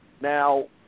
Now